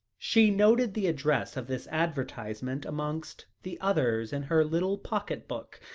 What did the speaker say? she noted the address of this advertisement amongst the others in her little pocket-book,